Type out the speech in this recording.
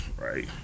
right